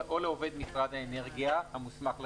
או לעובד משרד האנרגיה המוסמך לכך,